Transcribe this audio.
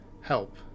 help